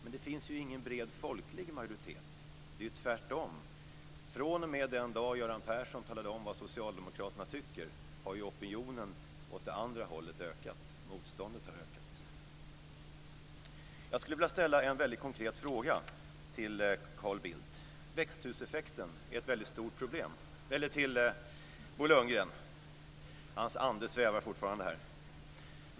Men det finns ju ingen bred folklig majoritet. Det är ju tvärtom. fr.o.m. den dag som Göran Persson talade om vad socialdemokraterna tycker har ju opinionen åt det andra hållet ökat. Motståndet har ökat. Jag skulle vilja ställa en mycket konkret fråga till Carl Bildt. Jag menar Bo Lundgren. Carl Bildts ande svävar fortfarande här.